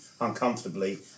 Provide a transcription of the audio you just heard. uncomfortably